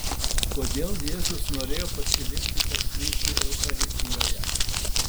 kodėl jėzus norėjo pasilikti tarp mūsų eucharistijoje